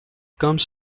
comes